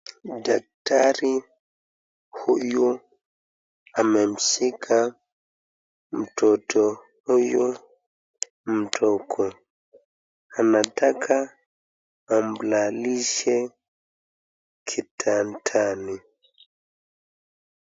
Daktari huyu amemshika mtoto huyu mdogo. Anataka amlalishe kitandani.